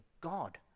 God